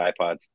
ipods